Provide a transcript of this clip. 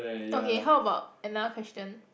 okay how about another question